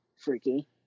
freaky